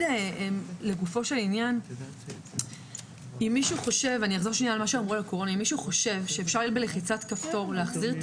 אם מישהו חושב שאפשר בלחיצת כפתור להחזיר את